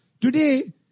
Today